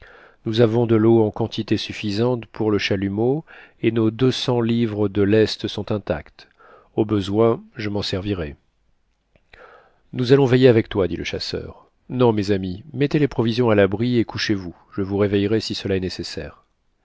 nous avons de leau en quantité suffisante pour le chalumeau et nos deux cents livres de lest sont intactes au besoin je m'en servirais nous allons veiller avec toi dit le chasseur non mes amis mettez les provisions à l'abri et couchez-vous je vous réveillerai si cela est nécessaire